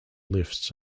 lifts